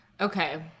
Okay